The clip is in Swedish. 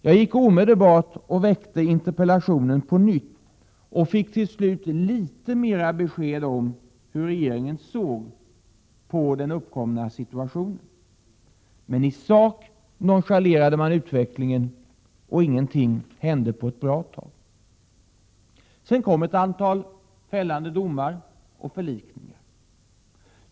Jag gick omedelbart och framställde interpellationen på nytt och fick till slut litet mera besked om hur regeringen såg på den uppkomna situationen. Men i sak nonchalerade man utvecklingen, och ingenting hände på ett bra tag. Sedan kom ett antal fällande domar och förlikningar.